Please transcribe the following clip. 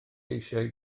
eisiau